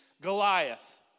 Goliath